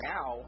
Now